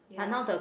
yeah